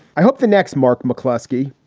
i hope the next mark mcclusky,